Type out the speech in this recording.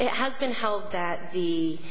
it has been held that the